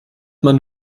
man